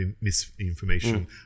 misinformation